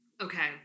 okay